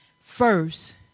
First